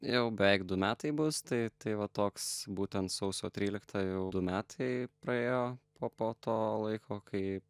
jau beveik du metai bus tai tai va toks būtent sausio trylikta jau du metai praėjo o po to laiko kai